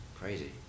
crazy